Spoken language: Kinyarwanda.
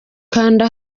kanda